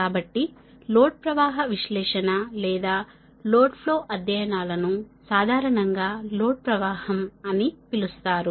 కాబట్టి లోడ్ ప్రవాహ విశ్లేషణ లేదా లోడ్ ఫ్లో అధ్యయనా లను సాధారణంగా లోడ్ ప్రవాహం అని పిలుస్తారు